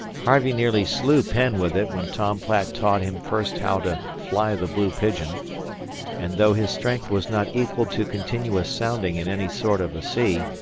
harvey nearly slew penn with it when tom platt taught him first how to fly the blue pigeon and, though his strength was not equal to continuous sounding in any sort of a sea,